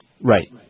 Right